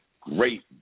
Great